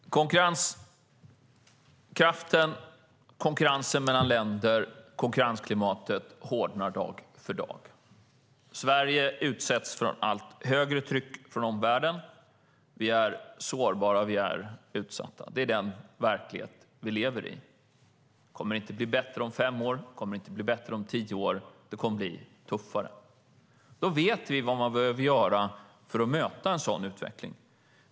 Herr talman! Konkurrenskraften, konkurrensen mellan länder och konkurrensklimatet hårdnar dag för dag. Sverige utsätts för allt högre tryck från omvärlden. Vi är sårbara och utsatta. Det är den verklighet vi lever i. Det kommer inte att bli bättre om fem år, och det kommer inte att bli bättre om tio år. Det kommer att bli tuffare. Vi vet vad som behöver göras för att möta en sådan utveckling.